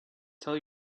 tell